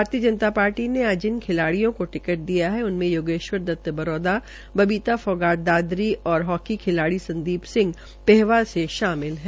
भारतीय जनता पार्टी ने आज जिन खिलाड़ियों को टिकट दिया है उनमें योगेश्वर दत्त दादरी और हाकी खिलाड़ी संदीप सिंह पेहवा से शामिल है